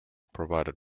provided